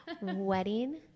wedding